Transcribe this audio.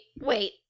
wait